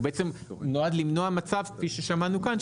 הוא בעצם נועד למנוע מצב כפי ששמענו כאן,